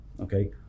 okay